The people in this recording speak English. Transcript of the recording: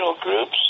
groups